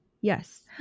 Yes